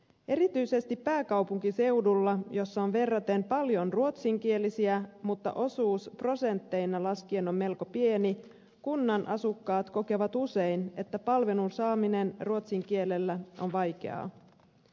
erityisesti pääkaupunkiseudulla jossa on verraten paljon ruotsinkielisiä mutta osuus prosentteina laskien on melko pieni kunnan asukkaat kokevat usein että palvelun saaminen ruotsin kielellä on vaikeaa